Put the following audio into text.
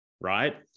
right